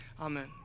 amen